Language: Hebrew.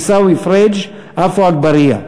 עיסאווי פריג' ועפו אגבאריה.